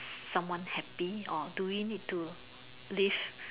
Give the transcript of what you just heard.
someone happy or do we need to live